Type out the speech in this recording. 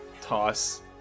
toss